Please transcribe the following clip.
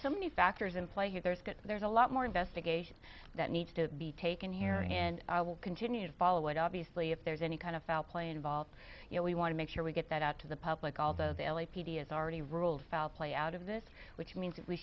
so many factors in play here there's got there's a lot more investigation that needs to be taken here and we'll continue to follow it obviously if there's any kind of foul play involved you know we want to make sure we get that out to the public although the l a p d has already ruled foul play out of this which means that we